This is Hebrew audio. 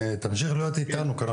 תמשיך להיות איתנו.